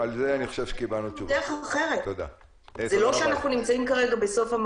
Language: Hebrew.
אחרי שיחות עם הדרג